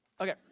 Okay